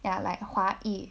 ya like 华裔